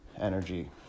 energy